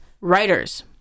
Writers